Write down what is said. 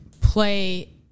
play